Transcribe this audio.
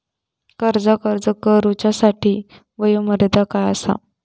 कर्जाक अर्ज करुच्यासाठी वयोमर्यादा काय आसा?